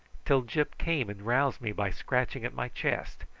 till gyp came and roused me by scratching at my chest,